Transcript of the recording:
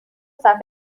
صفحه